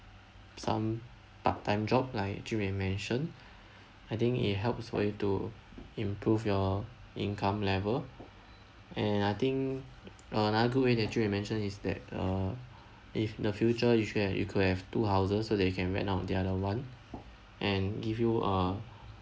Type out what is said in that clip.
some part time job like you have mention I think it helps for you to improve your income level and I think another good that you have mention is that uh if the future you should have you could have two houses so that you can rent out the other one and give you